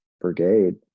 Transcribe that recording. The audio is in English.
brigade